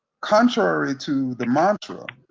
contrary to the mantra,